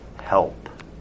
help